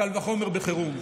קל וחומר בחירום.